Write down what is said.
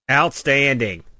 outstanding